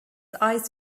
eyes